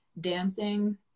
dancing